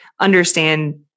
understand